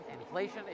inflation